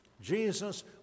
jesus